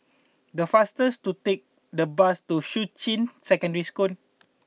the fastest to take the bus to Shuqun Secondary School